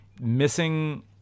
missing